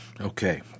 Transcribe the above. Okay